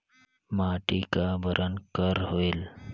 माटी का बरन कर होयल?